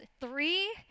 Three